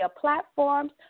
platforms